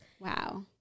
Wow